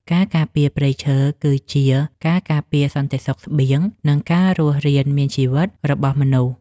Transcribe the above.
ការការពារព្រៃឈើ គឺជាការការពារសន្តិសុខស្បៀង និងការរស់រានមានជីវិតរបស់មនុស្ស។